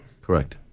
Correct